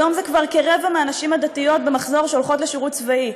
היום זה כבר כרבע מהנשים הדתיות במחזור של חודש שירות צבאי.